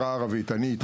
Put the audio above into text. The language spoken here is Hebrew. חברה ערבית, אני איתך.